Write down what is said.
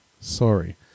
Sorry